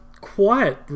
Quiet